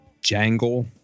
jangle